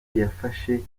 yafashe